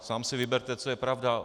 Sám si vyberte, co je pravda.